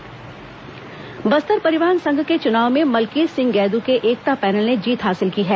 परिवहन संघ चुनाव नतीजे बस्तर परिवहन संघ के चुनाव में मलकीत सिंह गैदू के एकता पैनल ने जीत हासिल की है